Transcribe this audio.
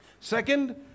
Second